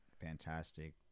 fantastic